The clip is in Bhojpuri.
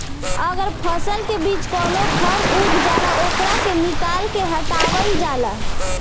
अगर फसल के बीच में कवनो खर उग जाला ओकरा के निकाल के हटावल जाला